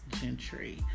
gentry